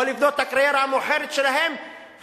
או לבנות את הקריירה המאוחרת שלהם.